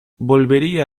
volvería